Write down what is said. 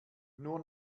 nur